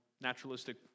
naturalistic